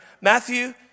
Matthew